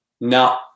no